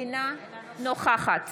אינה נוכחת